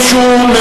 האם יש עוד מישהו?